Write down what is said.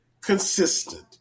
consistent